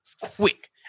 quick